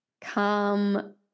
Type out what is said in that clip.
come